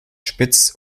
spitz